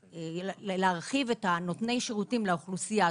להרחיב את נותני השירותים לאוכלוסייה.